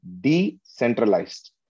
decentralized